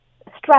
stress